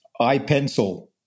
iPencil